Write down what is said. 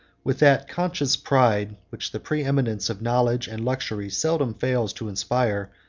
with that conscious pride which the preeminence of knowledge and luxury seldom fails to inspire,